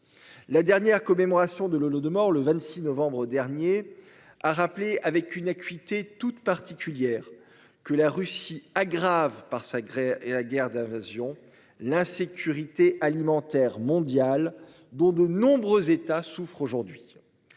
La dernière commémorations de l'Holodomor le 26 novembre dernier a rappelé avec une acuité toute particulière que la Russie aggrave par. Et la guerre d'invasion. L'insécurité alimentaire mondiale dont de nombreux États souffre aujourd'hui.